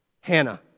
Hannah